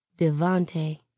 Devante